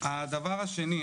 הדבר השני,